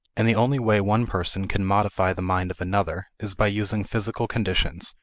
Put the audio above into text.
and the only way one person can modify the mind of another is by using physical conditions,